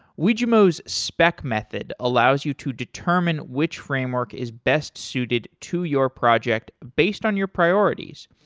wijmo's spec method allows you to determine which framework is best suited to your project based on your priorities.